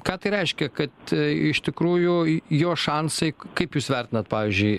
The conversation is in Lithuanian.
ką tai reiškia kad iš tikrųjų jo šansai kaip jūs vertinat pavyzdžiui